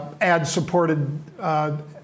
ad-supported